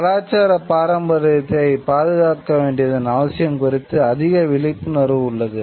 கலாச்சார பாரம்பரியத்தை பாதுகாக்க வேண்டியதன் அவசியம் குறித்து அதிக விழிப்புணர்வு உள்ளது